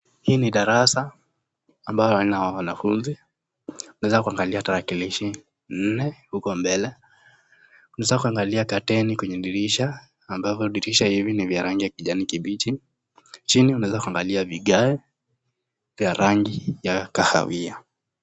Hii ni darasa ambayo haina wanafunzi, unaweza kuangalia talakilishi nne huko mbele, unaweza kuangalia kateni katika dirisha, ambapo dirisha hivi ni vya rangi ya kijani kibichi, chini unaweza kuangalia vigae vya rangi ya kahawia.